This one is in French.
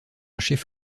chef